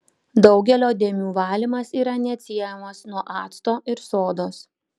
daugelio dėmių valymas yra neatsiejamas nuo acto ir sodos